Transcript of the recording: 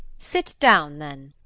sit down then.